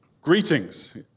Greetings